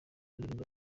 indirimbo